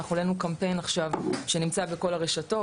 אנחנו העלינו קמפיין עכשיו שנמצא בכל הרשתות,